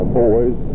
boys